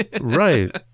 Right